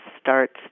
starts